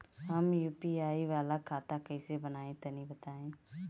हम यू.पी.आई वाला खाता कइसे बनवाई तनि बताई?